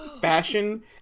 fashion